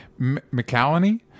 mccallany